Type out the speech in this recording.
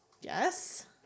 Yes